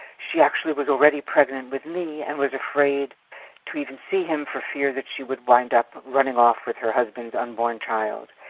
she actually was already pregnant with me and was afraid to even see him for fear that she would wind up running off with her husband's unborn child,